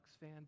fan